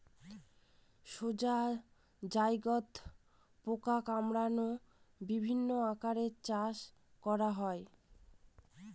সোজা জায়গাত পোকা মাকড়ের বিভিন্ন আকারে চাষ করা হয়